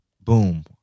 boom